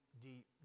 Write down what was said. deep